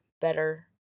better